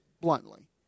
bluntly